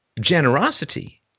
generosity